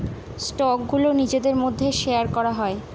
স্টকগুলো নিজেদের মধ্যে শেয়ার করা হয়